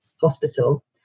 hospital